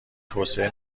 توسعه